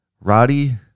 Roddy